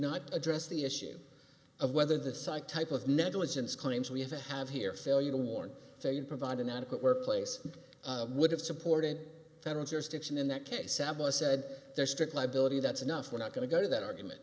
not address the issue of whether the site type of negligence claims we have to have here failure to warn you provide an adequate workplace would have supported federal jurisdiction in that case said there's strict liability that's enough we're not going to go to that argument